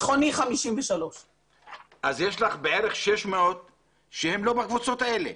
ביטחוני 53. אז יש לך בערך 600 שהם לא בקבוצות האלה.